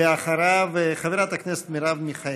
ואחריו, חברת הכנסת מרב מיכאלי.